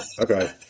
okay